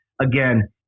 again